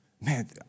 Man